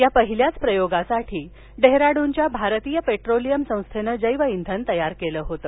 या पहिल्याच प्रयोगासाठी डेहराङुनच्या भारतीय पेट्रोलियम संस्थेन जैवइंधन तयार केलं होतं